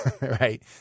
right